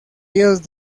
ellos